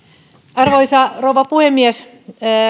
arvoisa rouva puhemies